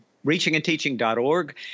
reachingandteaching.org